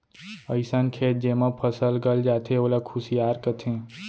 अइसन खेत जेमा फसल गल जाथे ओला खुसियार कथें